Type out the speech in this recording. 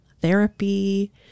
Therapy